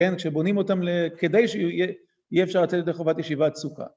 כן כשבונים אותם כדי שיהיה אפשר לצאת לחובת ישיבת סוכה